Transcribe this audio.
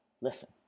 listen